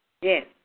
Yes